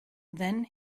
then